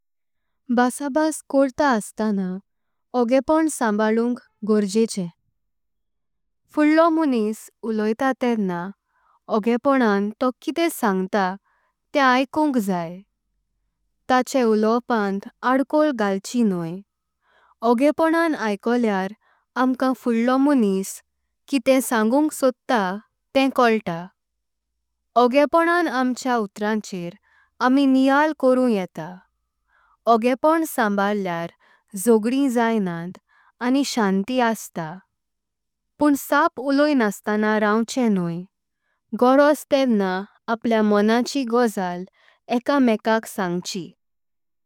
भाषाभाष करता असताना ओगेपोंन संभाळुंक गोरजेचे। फुड्डलो मोंइस उलोइता तेडना ओगेपोंनां तो किते सांगता। ते आइकुंक जायी ताजे उलोवपांत अदकोल घालची न्होइ। ओगेपोंनां आइकोल्यार आमकां फुड्डलो मोंइस किते सांगुंक। सोद्दा ते कोल्ता ओगेपोंनां आमच्या उत्तरांचेर आमी नियल्ल। कोरो येता ओगेपोंनां संभाळल्यार जोगदीं जाइना आणि शांती। अस्तां पुण्ण साप्प उलोईनास्तां रांवचे न्होइ गोरज तेडना। आपल्य मोंयाची गोजाल एका मेकाक सांगची।